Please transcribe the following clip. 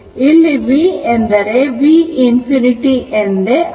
ಇಲ್ಲಿ v ಎಂದ ರೆ v ∞ ಎಂದರ್ಥ